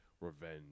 revenge